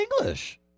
English